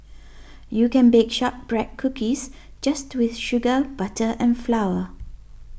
you can bake Shortbread Cookies just with sugar butter and flour